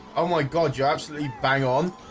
oh my god you're absolutely bang-on.